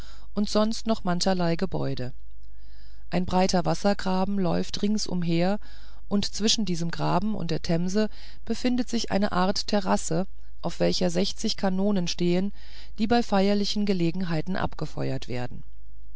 und sonst noch mancherlei gebäude ein breiter wassergraben läuft ringsumher und zwischen diesem graben und der themse befindet sich eine art terrasse auf welcher sechzig kanonen stehen die bei feierlichen gelegenheiten abgefeuert werden